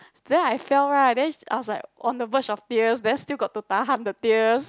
then I fell right then I was like on the verge of tears then still got to tahan the tears